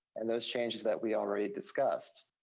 and those changes that we already discussed.